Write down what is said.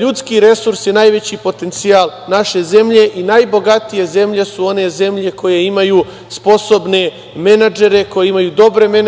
Ljudski resurs je najveći potencijal naše zemlje i najbogatije zemlje su one zemlje koje imaju sposobne menadžere, koje imaju dobre menadžere,